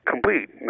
Complete